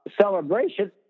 celebration